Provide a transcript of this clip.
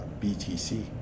BTC